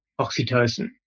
oxytocin